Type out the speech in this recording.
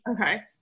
Okay